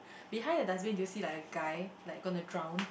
behind the dustbin do you see like a guy like gonna drown